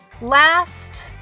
Last